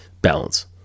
Balance